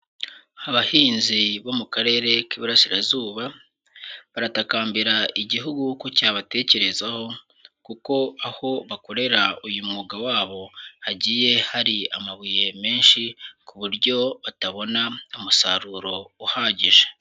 Abahinzi bo mu karere k'Iburasirazuba baratakambira igihugu ko cyabatekerezaho, kuko aho bakorera uyu mwuga wabo hagiye hari amabuye menshi ku buryo batabona umusaruro uhagije.